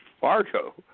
Fargo